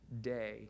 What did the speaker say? day